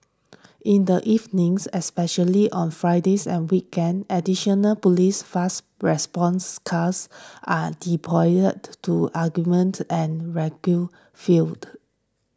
in the evenings especially on Fridays and weekends additional police fast response cars are deployed to augment and regular field